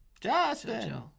Justin